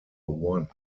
one